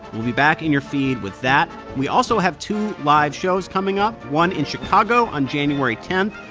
we'll be back in your feed with that we also have two live shows coming up, one in chicago on january ten,